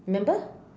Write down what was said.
remember